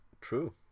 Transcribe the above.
True